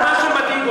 שמעתי,